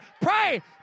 Pray